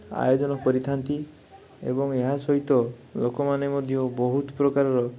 ଆୟୋଜନ କରିଥାନ୍ତି ଏବଂ ଏହା ସହିତ ଲୋକମାନେ ମଧ୍ୟ ବହୁତ ପ୍ରକାରର